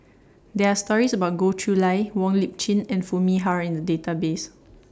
There Are stories about Goh Chiew Lye Wong Lip Chin and Foo Mee Har in The Database